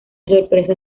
sorpresa